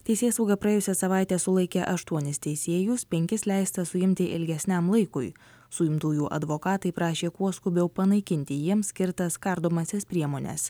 teisėsauga praėjusią savaitę sulaikė aštuonis teisėjus penkis leista suimti ilgesniam laikui suimtųjų advokatai prašė kuo skubiau panaikinti jiems skirtas kardomąsias priemones